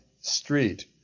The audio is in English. street